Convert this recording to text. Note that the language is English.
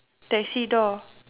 taxi door